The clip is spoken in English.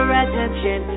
attention